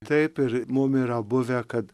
taip ir mum yra buvę kad